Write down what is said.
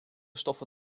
stoffen